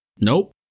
Nope